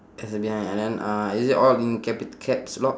S behind and then uh is it all in capit~ caps lock